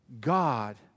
God